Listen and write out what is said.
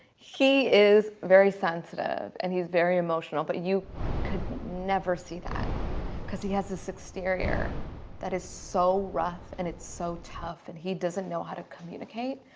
he is very sensitive and he's very emotional but you could never see that because he has this exterior that is so rough and it's so tough, and he doesn't know how to communicate